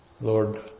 Lord